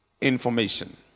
information